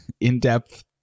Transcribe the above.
in-depth